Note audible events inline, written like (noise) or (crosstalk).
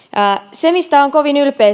se mistä olen kovin ylpeä (unintelligible)